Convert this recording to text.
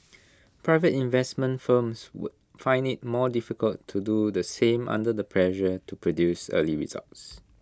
private investment firms would find IT more difficult to do the same under the pressure to produce early results